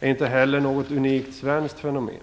är inte heller något unikt svenskt fenomen.